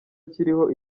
akiriho